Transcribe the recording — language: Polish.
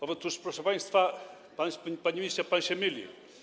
Otóż, proszę państwa, panie ministrze, pan się myli.